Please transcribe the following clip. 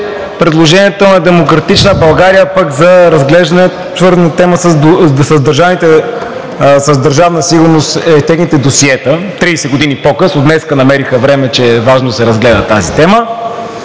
предложението на „Демократична България“ пък за разглеждане, свързана тема с Държавна сигурност, техните досиета – 30 години по-късно днес намериха време, че е важно да се разгледа тази тема.